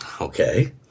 Okay